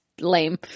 lame